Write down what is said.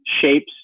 shapes